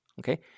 okay